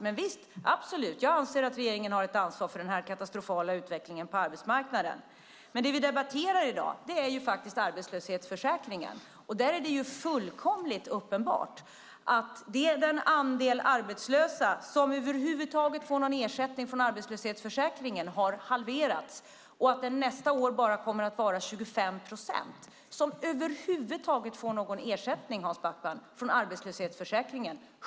Jag anser absolut att regeringen har ansvar för den katastrofala utvecklingen på arbetsmarknaden. Men det vi debatterar i dag är arbetslöshetsförsäkringen. Det är fullkomligt uppenbart att den andel arbetslösa som över huvud taget får någon ersättning från arbetslöshetsförsäkringen har halverats och att det nästa år bara kommer att vara 25 procent, Hans Backman.